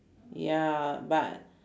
ya but